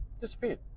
disappeared